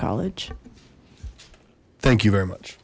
college thank you very much